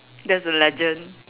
that's the legend